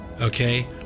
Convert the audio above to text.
okay